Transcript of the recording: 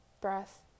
breath